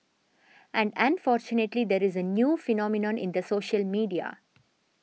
and unfortunately there is a new phenomenon in the social media